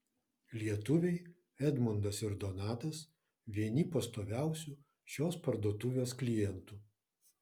lietuviai edmundas ir donatas vieni pastoviausių šios parduotuvės klientų